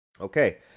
Okay